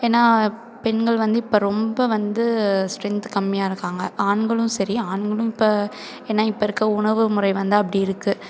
ஏன்னா பெண்கள் வந்து இப்போ ரொம்ப வந்து ஸ்ட்ரென்த் கம்மியாருக்காங்க ஆண்களும் சரி ஆண்களும் இப்போ ஏன்னா இப்போ இருக்க உணவு முறை வந்து அப்படி இருக்குது